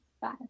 Five